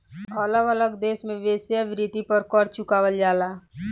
अलग अलग देश में वेश्यावृत्ति पर कर चुकावल जाला